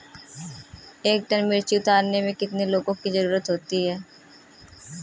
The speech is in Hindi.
एक टन मिर्ची उतारने में कितने लोगों की ज़रुरत होती है?